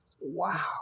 Wow